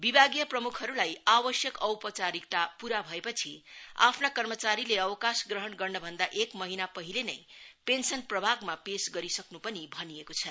विभागीय प्रमुखहरूलाईआवश्यक औपचारिकता पूरा भएपछि आफ्ना कर्मचारीले अवकाशग्रहण गर्नभन्दा एक महिना पहिले नै पेन्सन प्रभागमा पेश गरिसक्न् पनि भनिएको छ